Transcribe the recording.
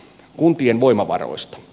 kuntien voimavaroista